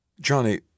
Johnny